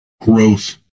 growth